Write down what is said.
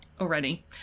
Already